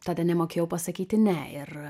tada nemokėjau pasakyti ne ir